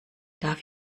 darf